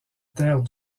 terre